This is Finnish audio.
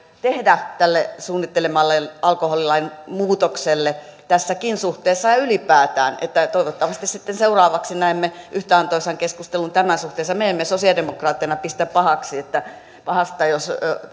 tehdä tälle suunnittelemalleen alkoholilain muutokselle tässäkin suhteessa ja ylipäätään toivottavasti sitten seuraavaksi näemme yhtä antoisan keskustelun tämän suhteen me emme sosiaalidemokraatteina pistä pahaksi jos